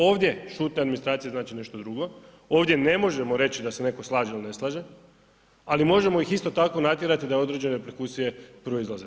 Ovdje šutnja administracije znači nešto drugo, ovdje ne možemo reći da se neto slaže ili ne slaže ali možemo ih isto tako natjerati da određene reperkusije proizlaze.